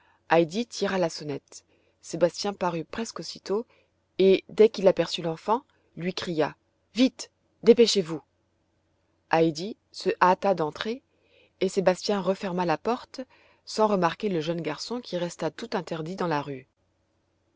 heidi tira la sonnette sébastien parut presque aussitôt et dès qu'il aperçut l'enfant lui cria vite dépêchez-vous heidi se hâta d'entrer et sébastien referma la porte sans remarquer le jeune garçon qui resta tout interdit dans la rue